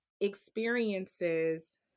experiences